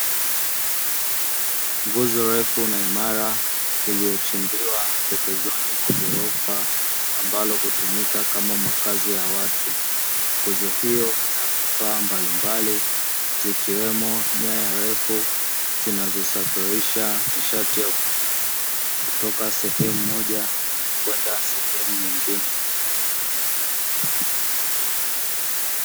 Nguzo refu na imara iliyochimbiwa pembezoni mwa ghorofa ambalo hutumika kama makazi ya watu, nguzo hiyo ina vifaa mbalimbali zikiwemo nyaya refu zinazosafirisha nishati ya umeme kutoka sehemu moja kwenda sehemu nyingine.